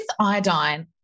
iodine